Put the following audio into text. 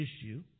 issue